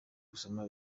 gusoma